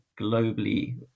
globally